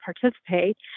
participate